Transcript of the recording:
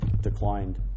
declined